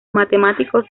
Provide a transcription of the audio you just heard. matemáticos